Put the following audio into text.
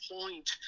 point